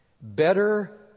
better